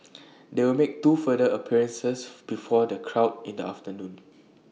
they will make two further appearances before the crowd in the afternoon